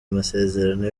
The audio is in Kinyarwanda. amasezerano